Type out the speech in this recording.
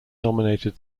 nominated